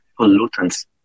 pollutants